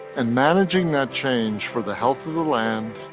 and managing that change for the health of the land,